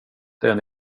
den